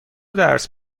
درس